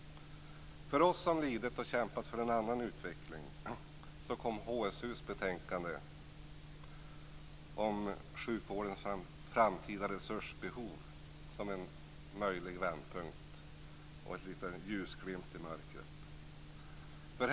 För oss som lidit och kämpat för en annan utveckling kom HSU:s betänkande om sjukvårdens framtida resursbehov som en möjlig vändpunkt och en liten ljusglimt i mörkret.